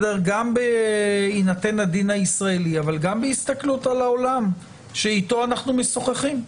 גם בהינתן הדין הישראלי אבל גם בהסתכלות על העולם שאיתו אנחנו משוחחים,